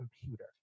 computer